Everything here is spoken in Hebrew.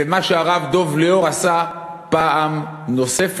מה שהרב דב ליאור עשה פעם נוספת,